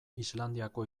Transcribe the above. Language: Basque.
islandiako